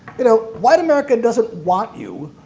you know white america doesn't want you,